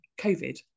COVID